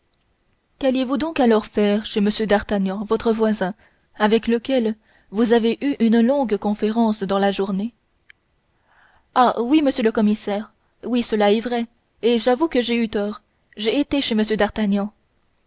qualliez vous donc alors faire chez m d'artagnan votre voisin avec lequel vous avez eu une longue conférence dans la journée ah oui monsieur le commissaire oui cela est vrai et j'avoue que j'ai eu tort j'ai été chez m d'artagnan